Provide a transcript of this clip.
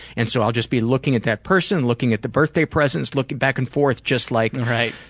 and so i'll just be looking at that person, looking at the birthday present, looking back and forth just like. right.